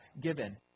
given